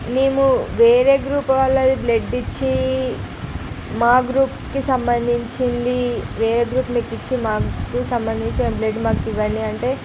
మేము వేరే గ్రూప్ వాళ్ళది బ్లడ్ ఇచ్చి మా గ్రూప్కి సంబంధించింది వేరే గ్రూప్ మీకిచ్చి మాకు సంబంధించిన బ్లడ్ మాకు ఇవ్వండి అంటే